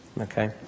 okay